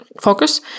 focus